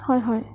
হয় হয়